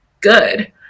good